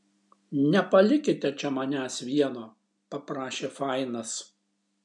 nepalikite čia manęs vieno paprašė fainas